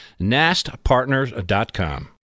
nastpartners.com